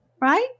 right